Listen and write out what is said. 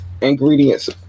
Ingredients